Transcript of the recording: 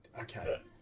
Okay